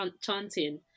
chanting